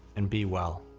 and be well.